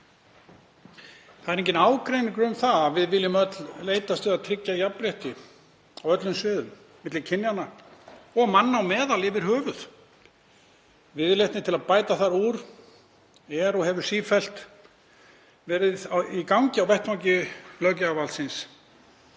Það er enginn ágreiningur um það að við viljum öll leitast við að tryggja jafnrétti á öllum sviðum milli kynjanna og manna á meðal yfir höfuð. Viðleitni til að bæta þar úr er og hefur sífellt verið í gangi á vettvangi löggjafarvaldsins.